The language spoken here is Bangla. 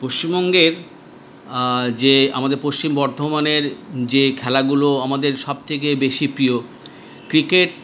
পশ্চিমবঙ্গের যে আমাদের পশ্চিম বর্ধমানের যে খেলাগুলো আমাদের সবথেকে বেশি প্রিয় ক্রিকেট